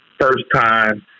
first-time